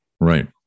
right